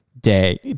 day